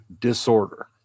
disorder